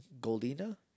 Goldina